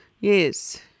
Yes